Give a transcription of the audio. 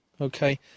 okay